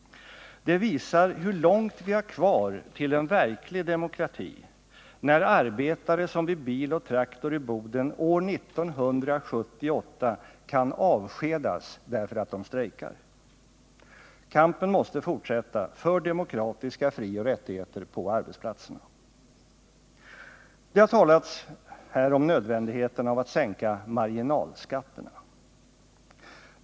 Det visar hur långt vi har kvar till en verklig demokrati, när arbetare som vid Bil & Traktor i Boden år 1978 kan avskedas därför att de strejkar. Kampen måste fortsätta för demokratiska frioch rättigheter på arbetsplatserna. Det har talats här om nödvändigheten av att sänka marginalskatterna.